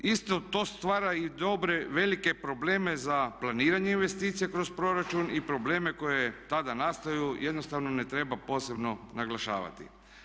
Isto to stvara i dobre velike probleme za planiranje investicija kroz proračun i probleme koji tada nastaju jednostavno ne treba posebno naglašavati.